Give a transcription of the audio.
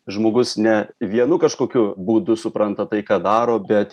žmogus ne vienu kažkokiu būdu supranta tai ką daro bet